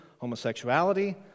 homosexuality